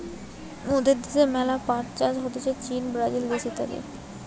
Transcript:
মোদের দ্যাশে ম্যালা পাট চাষ হতিছে চীন, ব্রাজিল দেশে হতিছে